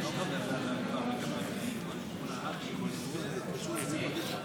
לא מצלמים וידיאו במליאה.